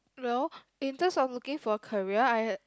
no in terms of looking for a career I